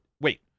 Wait